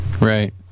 Right